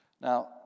Now